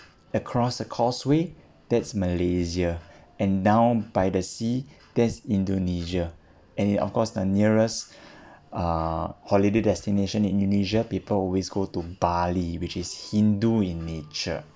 across the causeway that's malaysia and down by the sea there's indonesia and of course the nearest uh holiday destination in indonesia people always go to bali which is hindu in nature